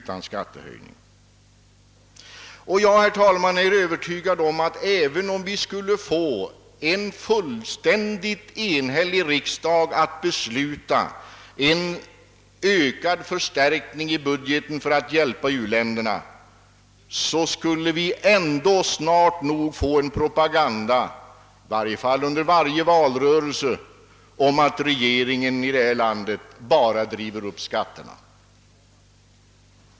Och det är min övertygelse, herr talman, att även om vi skulle få en helt enig riksdag att besluta om ytterligare förstärkning av u-hjälpen, skulle vi snart nog möta en propaganda — i varje fall under varje valrörelse — som går ut på att regeringen i detta land bara driver upp skatterna.